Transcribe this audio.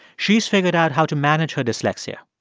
she's figured out how to manage her dyslexia.